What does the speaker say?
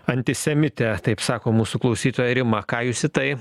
antisemitė taip sako mūsų klausytoja rima ką jūs į tai